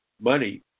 money